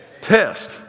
Test